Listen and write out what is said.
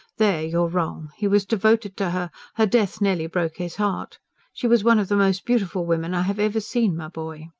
there you're wrong. he was devoted to her. her death nearly broke his heart she was one of the most beautiful women i have ever seen, my boy.